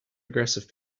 aggressive